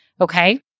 okay